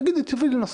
תגיד לי, תביא לי נוסח.